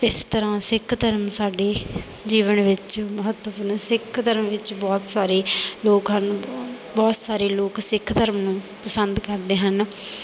ਇਸ ਤਰ੍ਹਾਂ ਸਿੱਖ ਧਰਮ ਸਾਡੇ ਜੀਵਨ ਵਿੱਚ ਮਹੱਤਵਪੂਰਨ ਸਿੱਖ ਧਰਮ ਵਿੱਚ ਬਹੁਤ ਸਾਰੇ ਲੋਕ ਹਨ ਬਹੁਤ ਸਾਰੇ ਲੋਕ ਸਿੱਖ ਧਰਮ ਨੂੰ ਪਸੰਦ ਕਰਦੇ ਹਨ